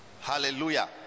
Hallelujah